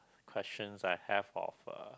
questions I have of uh